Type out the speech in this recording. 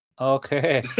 Okay